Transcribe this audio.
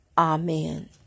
Amen